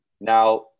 Now